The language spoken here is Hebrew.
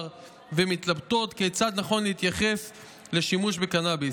ומתלבטות כיצד נכון להתייחס לשימוש בקנביס.